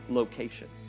location